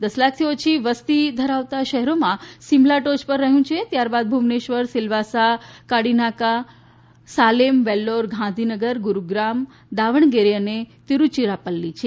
દસ લાખથી ઓછી વસતીવાળા શહેરોમાં સિમલા ટોય પર રહ્યું છે ત્યારબાદ ભુવનેશ્વર સિલવાસા કાકિનાડા સાલેમ વેલ્લોર ગાંધીનગર ગુરુગ્રામ દાવણગેરે અને તિરુચિરાપલ્લી છે